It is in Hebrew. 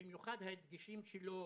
במיוחד הדגשים שלו